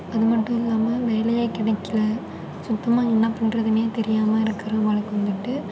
அது மட்டும் இல்லாமல் வேலையே கிடைக்கல சுத்தமாக என்ன பண்றதுனே தெரியாமல் இருக்கிறவங்களுக்கு வந்துட்டு